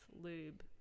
lube